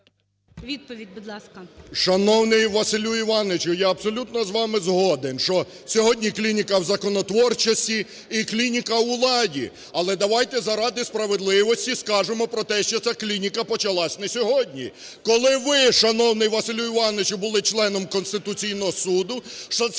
Відповідь, будь ласка.